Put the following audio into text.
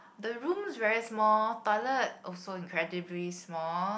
the rooms very small toilet also incredibly small